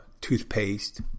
toothpaste